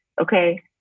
Okay